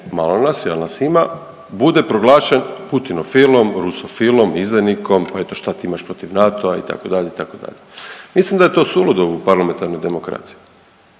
malo nas je, al' nas ima, bude proglašen putinofilom, rusofilom, izdajnikom, eto, šta ti imaš protiv NATO-a, itd., itd. Mislim da je to suludo u parlamentarnoj demokraciji.